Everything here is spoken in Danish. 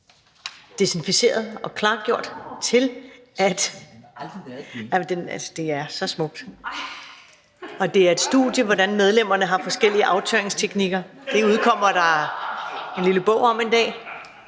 desinficeret og klargjort – det er så smukt, og det er et studie at se, hvordan medlemmerne har forskellige aftørringsteknikker; det udkommer der en lille bog om en dag.